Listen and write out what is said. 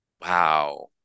wow